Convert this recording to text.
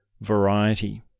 variety